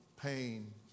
pain